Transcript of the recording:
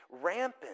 rampant